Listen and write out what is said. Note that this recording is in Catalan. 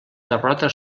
derrota